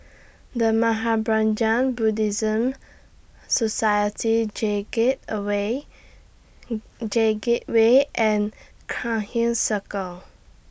The Mahaprajna Buddhist Society J Gate away J Gateway and Cairnhill Circle